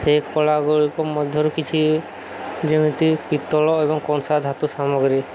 ସେ କଳା ଗୁଡ଼ିକ ମଧ୍ୟରୁ କିଛି ଯେମିତି ପିତ୍ତଳ ଏବଂ କଂସା ଧାତୁ ସାମଗ୍ରୀ